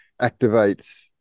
activates